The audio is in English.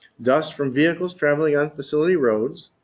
dust from vehicles traveling on facility roads,